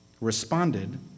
responded